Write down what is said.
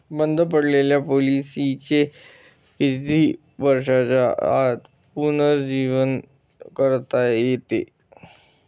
बंद पडलेल्या पॉलिसीचे किती वर्षांच्या आत पुनरुज्जीवन करता येते?